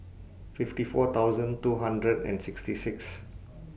fifty four thousand two hundred and sixty six